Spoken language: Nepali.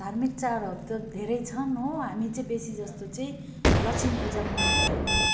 धार्मिक चाडहरू त धेरै छन् हो हामी चाहिँ बेसी जस्तो चाहिँ लक्ष्मी पूजा मनाउँछौँ